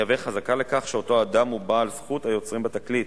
יהווה חזקה לכך שאותו אדם הוא בעל זכות היוצרים בתקליט.